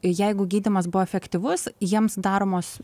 jeigu gydymas buvo efektyvus jiems daromos